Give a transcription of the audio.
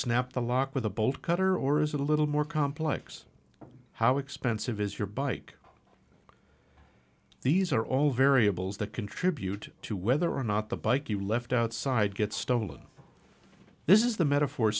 snap the lock with a bolt cutter or is it a little more complex how expensive is your bike these are all variables that contribute to whether or not the bike you left outside gets stolen this is the metaphor